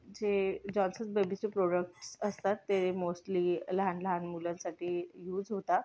जे जॉन्सन्स बेबीचे प्रोडक्टस असतात ते मोस्टली लहान लहान मुलांसाठी यूज होतात